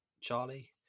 charlie